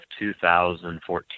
2014